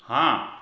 ਹਾਂ